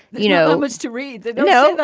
you know, wants to read. no,